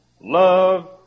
love